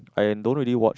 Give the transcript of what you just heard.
I don't really watch